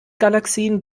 galaxien